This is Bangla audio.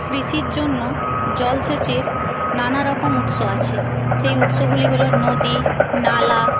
কৃষির জন্য জলসেচের নানারকম উৎস আছে সেই উৎসগুলি হল নদী নালা